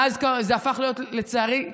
מאז זה הפך להיות, לצערי הרב,